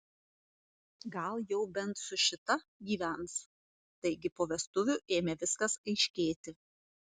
gal jau bent su šita gyvens taigi po vestuvių ėmė viskas aiškėti